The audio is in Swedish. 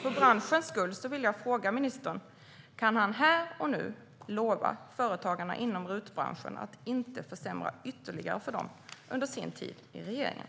För branschens skull vill jag fråga ministern: Kan han här och nu lova företagarna inom RUT-branschen att inte försämra ytterligare för dem under sin tid i regeringen?